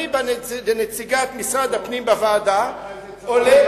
אליבא דנציגת משרד הפנים בוועדה עולה,